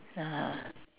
(uh huh)